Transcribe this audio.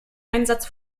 einsatz